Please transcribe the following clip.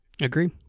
Agree